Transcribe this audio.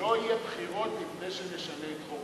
לא יהיו בחירות לפני שנשנה את חוק טל,